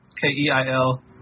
K-E-I-L